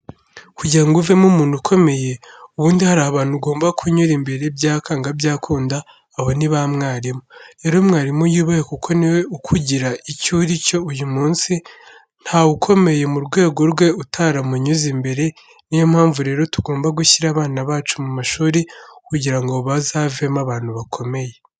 Kugira ngo uzavemo umuntu ukomeye, ubundi hari abantu ugomba kunyura imbere byanga byakunda abo ni ba mwarimu. Rero mwarimu yubahwe kuko ni we ukugira icyo uri cyo uyu munsi, ntawukomeye mu rwego rwe utaramunyuze imbere, niyo mpamvu rero tugomba gushyira abana bacu mu mashuri kugira ngo bazavemo abantu bakomeye.